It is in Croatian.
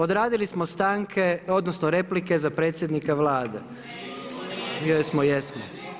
Odradili smo stanke, odnosno, replike za predsjednika Vlade. … [[Govornici govore istovremeno, ne razumije se.]] Jesmo, jesmo.